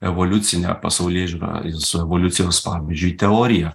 evoliucine pasaulėžiūra su evoliucijos pavyzdžiui teorija